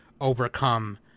overcome